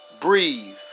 breathe